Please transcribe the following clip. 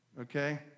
okay